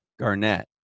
Garnett